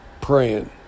praying